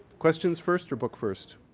questions first or book first?